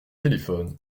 téléphone